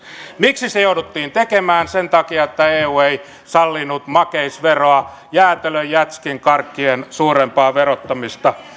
miksi se jouduttiin tekemään sen takia että eu ei sallinut makeisveroa jäätelön jätskin karkkien suurempaa verottamista